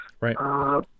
right